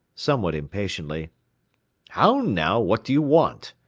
somewhat impatiently how now, what do you want?